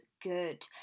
good